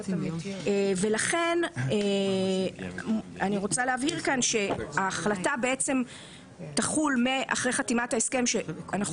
לכן אני רוצה להבהיר כאן שההחלטה תחול אחרי חתימת ההסכם שאנחנו